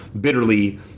bitterly